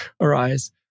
arise